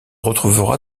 retrouvera